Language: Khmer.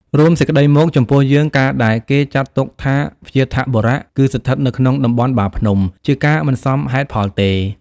រួមសេចក្តីមក ចំពោះយើង ការដែលគេចាត់ទុកថា វ្យាធបុរៈគឺស្ថិតនៅក្នុង តំបន់ បាភ្នំ ជាការមិនសមហេតុផលទេ។